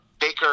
Baker